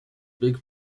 big